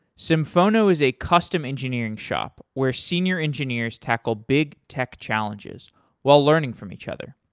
symphono is a custom engineering shop where senior engineers tackle big tech challenges while learning from each other.